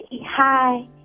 hi